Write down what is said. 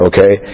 Okay